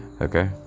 Okay